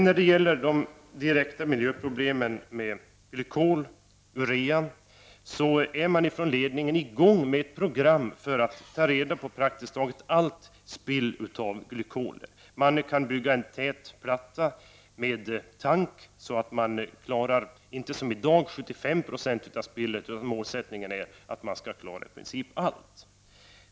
När det sedan gäller de direkta miljöproblemen med glykol och uren är man från ledningens sida i gång med ett program för att ta vara på praktiskt taget allt spill av glykoler. Man kan nu bygga en till platta med tank så att man klarar inte bara 75 90 av spillet som i dag, utan målet är att klara praktiskt taget allt.